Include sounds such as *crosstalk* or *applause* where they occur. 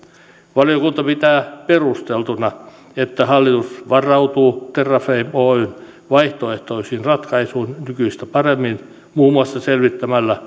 valiokunta pitää perusteltuna että hallitus varautuu terrafame oyn vaihtoehtoisiin ratkaisuihin nykyistä paremmin muun muassa selvittämällä *unintelligible*